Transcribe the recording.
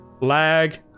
lag